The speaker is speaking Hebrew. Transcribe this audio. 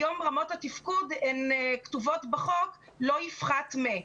היום רמות התפקוד כתובות בחוק "לא יפחת מ-",